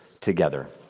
together